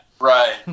Right